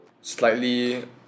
slightly